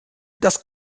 das